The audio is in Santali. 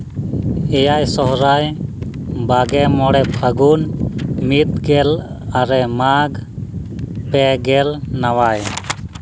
ᱮᱭᱟᱭ ᱥᱚᱦᱚᱨᱟᱭ ᱵᱟᱜᱮ ᱢᱚᱬᱮ ᱯᱷᱟᱹᱜᱩᱱ ᱢᱤᱫᱜᱮᱞ ᱟᱨᱮ ᱢᱟᱜᱽ ᱯᱮᱜᱮᱞ ᱱᱟᱣᱟᱭ